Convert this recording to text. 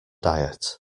diet